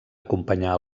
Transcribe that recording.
acompanyar